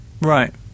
Right